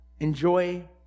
Enjoy